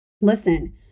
Listen